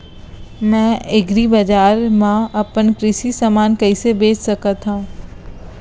मैं एग्रीबजार मा अपन कृषि समान कइसे बेच सकत हव?